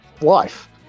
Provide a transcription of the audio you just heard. life